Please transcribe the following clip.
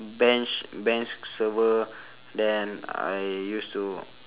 bench bench server then I used to